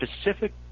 specific